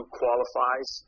qualifies